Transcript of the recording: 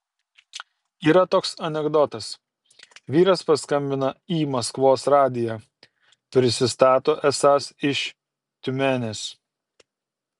yra toks anekdotas vyras paskambina į maskvos radiją prisistato esąs iš tiumenės